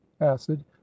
acid